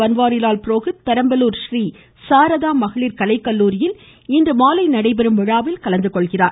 பன்வாரிலால் புரோகித் பெரம்பலூர் றீசாரதா மகளிர் கலைக்கல்லூரியில் இன்று மாலை நடைபெறும் விழாவில் கலந்துகொள்கிறார்